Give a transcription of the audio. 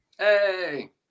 Hey